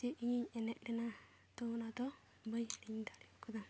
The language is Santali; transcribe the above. ᱡᱮ ᱤᱧᱤᱧ ᱮᱱᱮᱡ ᱞᱮᱱᱟ ᱛᱚ ᱚᱱᱟᱫᱚ ᱵᱟᱹᱧ ᱦᱤᱲᱤᱧ ᱫᱟᱲᱮ ᱠᱟᱣᱫᱟ